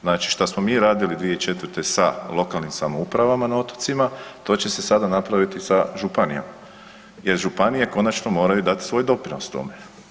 Znači što smo mi radili 2004. sa lokalnim samoupravama na otocima, to će se sada napraviti sa županijama jer županije konačno moraju dati svoj doprinos tome.